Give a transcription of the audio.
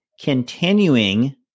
continuing